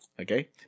Okay